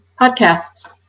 podcasts